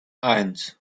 eins